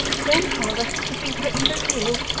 grandfather has been taken very ill.